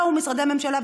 אני מנצלת את הדקות האלו,